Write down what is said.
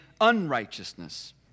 unrighteousness